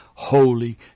Holy